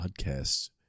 podcasts